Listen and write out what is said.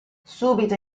subito